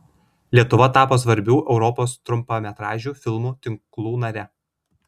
lietuva tapo svarbių europos trumpametražių filmų tinklų nare